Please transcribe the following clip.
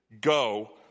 Go